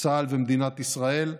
צה"ל ומדינת ישראל.